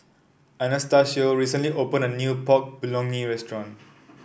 Anastacio recently opened a new Pork Bulgogi Restaurant